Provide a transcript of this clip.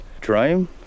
dream